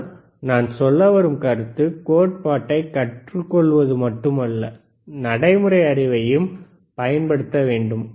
ஆனால் நான் சொல்ல வரும் கருத்து கோட்பாட்டைக் கற்றுக்கொள்வது மட்டுமல்ல நடைமுறை அறிவையும் பயன்படுத்த வேண்டும்